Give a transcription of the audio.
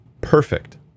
perfect